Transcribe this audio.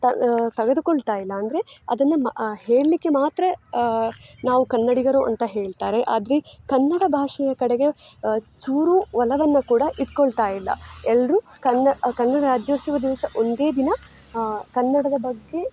ತ ತಗೆದುಕೊಳ್ತಾಯಿಲ್ಲ ಅಂದರೆ ಅದನ್ನು ಮ ಹೇಳಲಿಕ್ಕೆ ಮಾತ್ರ ನಾವು ಕನ್ನಡಿಗರು ಅಂತ ಹೇಳ್ತಾರೆ ಆದರೆ ಕನ್ನಡ ಭಾಷೆಯ ಕಡೆಗೆ ಚೂರೂ ಒಲವನ್ನು ಕೂಡ ಇಟ್ಟುಕೊಳ್ತಾಯಿಲ್ಲ ಎಲ್ಲರು ಕನ್ನ ಕನ್ನಡ ರಾಜ್ಯೋತ್ಸವ ದಿವಸ ಒಂದೇ ದಿನ ಕನ್ನಡದ ಬಗ್ಗೆ